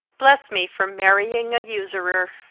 bless me from marrying a usurer!